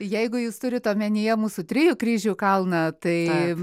jeigu jūs turit omenyje mūsų trijų kryžių kalną tai